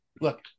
look